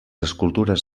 escultures